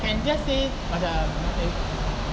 can just say macam